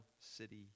city